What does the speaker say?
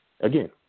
again